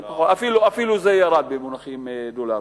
זה אפילו ירד במונחים דולריים.